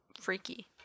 freaky